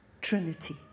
Trinity